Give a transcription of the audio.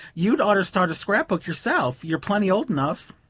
you'd oughter start a scrap-book yourself you're plenty old enough.